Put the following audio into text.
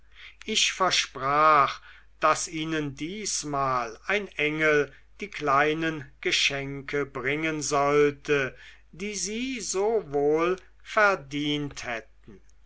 ich versprach daß ihnen diesmal ein engel die kleinen geschenke bringen sollte die sie wohl verdient hätten